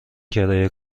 کرایه